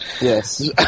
Yes